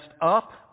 up